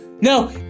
No